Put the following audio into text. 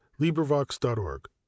LibriVox.org